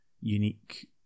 unique